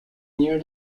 near